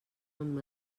amb